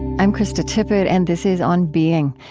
i'm krista tippett, and this is on being,